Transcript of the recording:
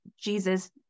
Jesus